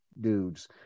dudes